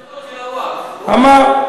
של הווקף הוא נתן.